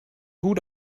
gut